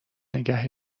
نگه